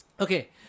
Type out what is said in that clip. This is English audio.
Okay